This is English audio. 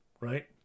right